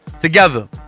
Together